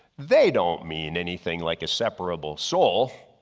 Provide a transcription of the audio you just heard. they don't mean anything like a separable soul.